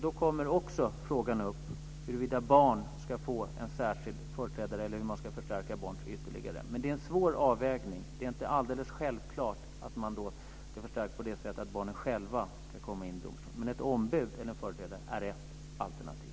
Då kommer också frågan om barn ska få en särskild företrädare eller hur man ska förstärka barns möjligheter ytterligare att tas upp. Men det är en svår avvägning. Det är inte alldeles självklart att man ska förstärka på ett sådant sätt att barnen själva ska komma in i domstolen. Men ett ombud eller en företrädare för barnen är ett alternativ.